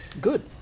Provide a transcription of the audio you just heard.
Good